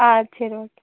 ஆ சரி ஓகே